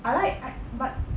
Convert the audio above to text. I like I but